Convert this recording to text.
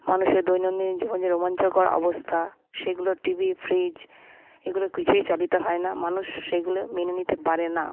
মানুষের দৈনন্দিন জীবনে যে রোমাঞ্চকর অবস্থা সেগুলো টিভি ফ্রিজ এগুলো কিছুই চালিত হয়না মানুষ সেইগুলো মেনে নিতে পারেনা